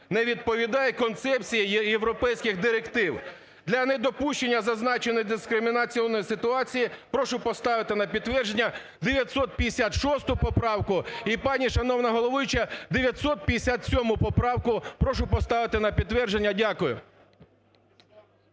не відповідає Концепції європейських директив. Для недопущення зазначеної дискримінаційної ситуації прошу поставити на підтвердження 956 поправка. І, пані шановна головуюча, 957 поправку прошу поставити на підтвердження. Дякую.